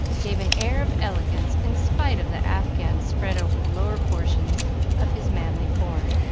gave an air of elegance in spite of the afghan spread over the lower portions of his manly form.